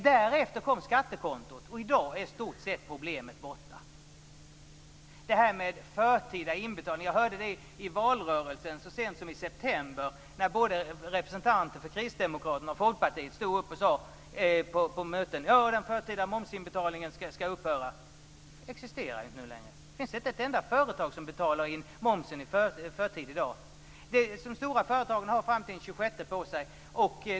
Därefter kom skattekontot, och i dag är problemet i stort sett borta. Så sent som i september under valrörelsen hörde jag representanter för både Kristdemokrater och Folkpartiet säga att den förtida momsinbetalningen skall upphöra. Den existerar inte längre. Det finns inte ett enda företag som betalar in moms i förtid i dag. De stora företagen har fram till den 26 i månaden på sig.